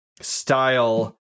style